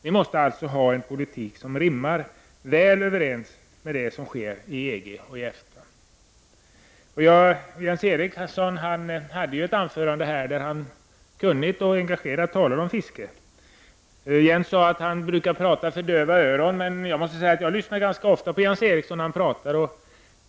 Vi måste alltså ha en politik som stämmer väl överens med det som sker i EG och EFTA. Jens Eriksson talade i sitt anförande kunnigt och engagerat om fisket. Han sade att han brukar tala för döva öron, men jag måste säga att jag ganska ofta lyssnar på honom när han talar.